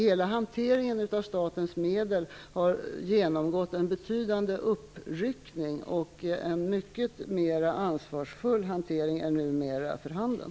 Hela hanteringen av statens medel har genomgått en betydande uppryckning, och en mycket mer ansvarsfull hantering är numera för handen.